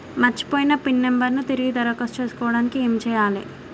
మర్చిపోయిన pin number ను తిరిగి దరఖాస్తు చేసుకోవడానికి ఏమి చేయాలే?